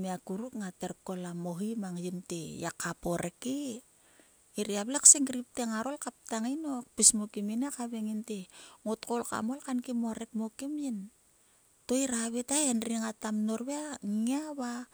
ngat her kol a mohi mang yin te yi kap o rek he ngir bgia vle senkrip te ngar gia koul ka ptang yin he reng yin te got koul kam ol kaen kim o rek mo kim yin". hai endri ngata mnor nngia va